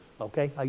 Okay